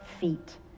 feet